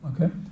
okay